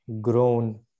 grown